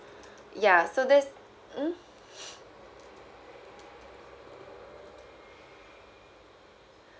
ya so this mm